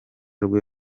rwe